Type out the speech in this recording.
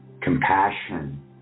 compassion